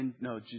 No